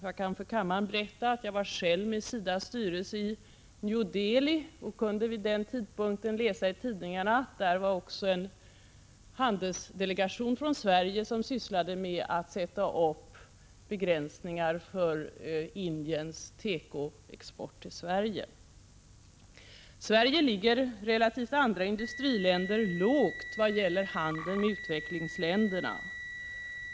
Jag kan för kammaren berätta att jag själv var med SIDA:s styrelse i New Delhi. Jag kunde vid den tidpunkten läsa i tidningarna att där också var en handelsdelegation från Sverige som sysslade med att sätta upp begränsningar för Indiens tekoexport till Sverige. Sverige ligger i relation till andra industriländer lågt vad gäller handeln med utvecklingsländerna.